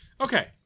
Okay